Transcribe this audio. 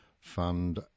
fund